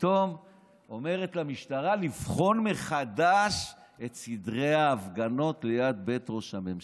פתאום אומרת המשטרה לבחון מחדש את סדרי ההפגנות ליד בית ראש הממשלה.